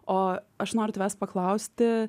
o aš noriu tavęs paklausti